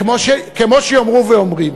כמו שיאמרו ואומרים.